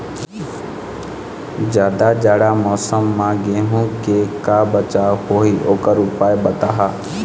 जादा जाड़ा मौसम म गेहूं के का बचाव होही ओकर उपाय बताहा?